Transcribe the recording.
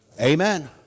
Amen